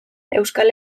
euskal